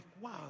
wow